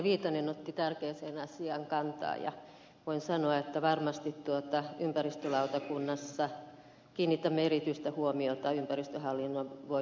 viitanen otti tärkeään asiaan kantaa ja voin sanoa että varmasti ympäristölautakunnassa kiinnitämme erityistä huomiota ympäristöhallinnon voimavaroihin